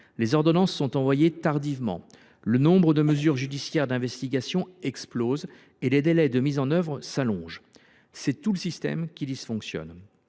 les ordonnances sont envoyées tardivement ; le nombre de mesures judiciaires d’investigation explose et les délais de mise en œuvre s’allongent. C’est tout un système qui dysfonctionne.